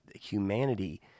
humanity